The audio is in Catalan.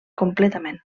completament